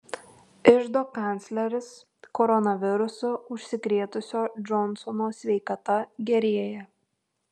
iždo kancleris koronavirusu užsikrėtusio džonsono sveikata gerėja